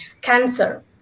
cancer